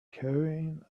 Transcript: carrying